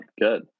good